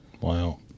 wow